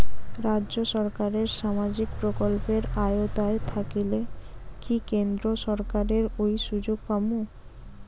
রাজ্য সরকারের সামাজিক প্রকল্পের আওতায় থাকিলে কি কেন্দ্র সরকারের ওই সুযোগ পামু?